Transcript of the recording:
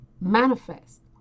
manifest